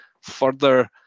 further